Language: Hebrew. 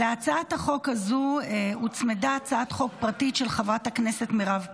להצעת החוק הזאת הוצמדה הצעת חוק פרטית של חברת הכנסת מירב כהן.